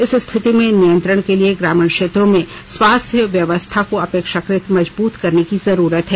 इस स्थिति पर नियंत्रण के लिए ग्रामीण क्षेत्रों में स्वास्थ्य व्यवस्था को अपेक्षाकृत मजबूत करने की जरूरत है